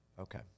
okay